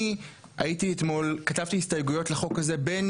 אני כתבתי הסתייגויות לחוק הזה בין